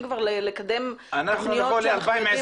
כבר לקדם תוכניות של --- אנחנו נבוא ל-2023